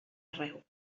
arreu